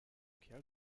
kerl